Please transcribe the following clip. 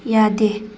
ꯌꯥꯗꯦ